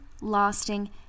lasting